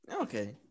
Okay